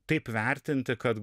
taip vertinti kad